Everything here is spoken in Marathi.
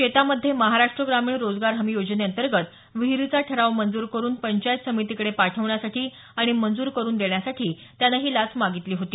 शेतामध्ये महाराष्ट ग्रामीण रोजगार हमी योजनेतर्गत विहिरीचा ठराव मंजूर करुन पंचायत समितीकडे पाठवण्यासाठी आणि मंजूर करुन देण्यासाठी त्यानं ही लाच मागितली होती